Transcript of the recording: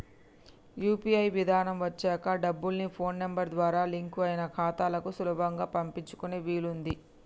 UPI విధానం వచ్చాక డబ్బుల్ని ఫోన్ నెంబర్ ద్వారా లింక్ అయిన ఖాతాలకు సులభంగా పంపించుకునే వీలుంది